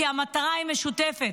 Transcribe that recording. כי המטרה משותפת.